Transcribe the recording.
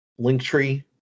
Linktree